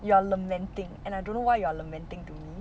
you are lamenting and I don't know why you are lamenting to me